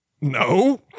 No